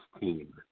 team